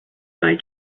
may